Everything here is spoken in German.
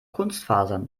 kunstfasern